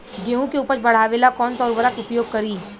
गेहूँ के उपज बढ़ावेला कौन सा उर्वरक उपयोग करीं?